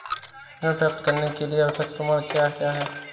ऋण प्राप्त करने के लिए आवश्यक प्रमाण क्या क्या हैं?